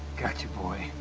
got you, boy.